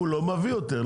הוא לא מביא יותר,